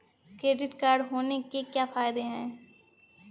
Credit card होने के क्या फायदे हैं?